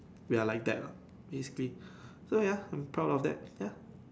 we are like that ah basically so ya I'm proud of that ya